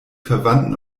verwandten